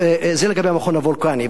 זה לגבי מכון וולקני.